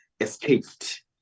escaped